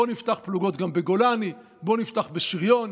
בואו נפתח פלוגות גם בגולני, בואו נפתח בשריון.